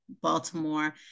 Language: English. Baltimore